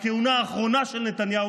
הכהונה האחרונה של נתניהו,